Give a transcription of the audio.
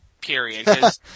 period